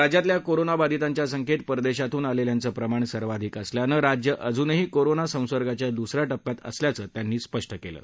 राज्यातल्या कोरोनाबाधितांच्या संख्यत्त परदधीतून आलखिंचंच प्रमाण सर्वाधिक असल्यानं राज्य अजूनही कोरोना संसर्गाच्या दुसऱ्या टप्प्यात असल्याचंही त्यांनी स्पष्ट कलि